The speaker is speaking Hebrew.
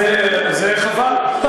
אז זה חבל.